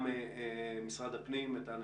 אני מתנצל,